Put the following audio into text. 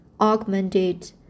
augmented